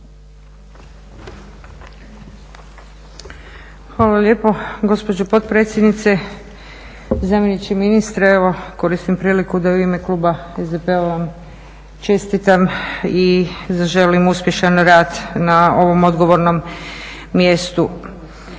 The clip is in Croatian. Hvala lijepo gospođo potpredsjednice. Zamjeničke ministra evo koristim priliku da u ime kluba SDP-a vam čestitam i zaželim uspješan rad na ovom odgovornom mjestu.